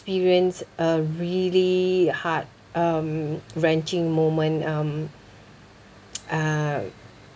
experienced a really heart um wrenching moment um uh